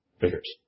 figures